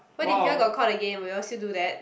what if you all got caught again will you all still do that